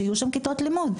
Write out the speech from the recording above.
שיהיו שם כיתות לימוד,